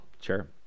sure